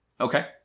Okay